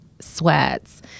sweats